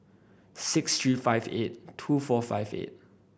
six three five eight two four five eight